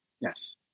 Yes